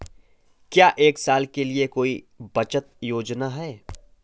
क्या एक साल के लिए कोई बचत योजना है?